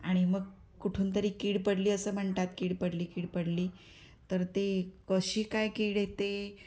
आणि मग कुठून तरी कीड पडली असं म्हणतात कीड पडली कीड पडली तर ते कशी काय कीड येते